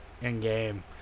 in-game